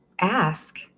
ask